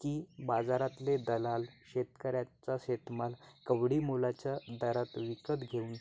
की बाजारातले दलाल शेतकऱ्याचा शेतमाल कवडी मोलाच्या दरात विकत घेऊन